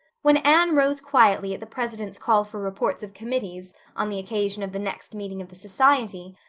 when anne rose quietly at the president's call for reports of committees on the occasion of the next meeting of the society,